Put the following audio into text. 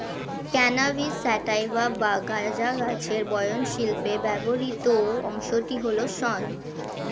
cannabis sativa বা গাঁজা গাছের বয়ন শিল্পে ব্যবহৃত অংশটি হল শন